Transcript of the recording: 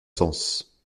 sens